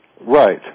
right